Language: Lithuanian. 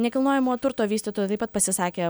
nekilnojamo turto vystytojai taip pat pasisakė